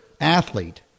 athlete